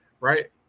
right